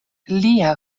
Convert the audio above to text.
lia